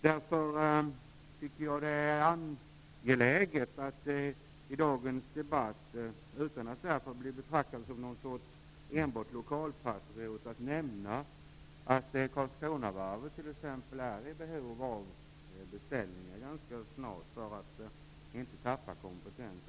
Därför tycker jag att det är angeläget att nämna i dagens debatt, utan att därför bli betraktad som enbart något slags lokalpatriot, att t.ex. Karlskronavarvet är i behov av beställningar ganska snart för att inte tappa kompetens.